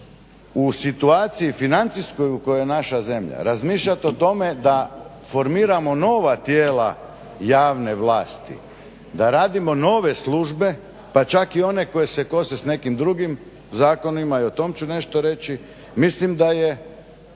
u situaciji financijskoj u kojoj je naša zemlja razmišljat o tome da formiramo nova tijela javne vlasti, da radimo nove službe, pa čak i one koje se kose sa nekim drugim zakonima i o tom ću nešto reći mislim da je